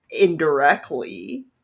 indirectly